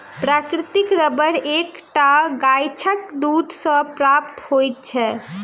प्राकृतिक रबर एक टा गाछक दूध सॅ प्राप्त होइत छै